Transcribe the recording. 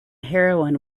heroin